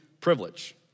privilege